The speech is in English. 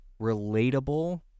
relatable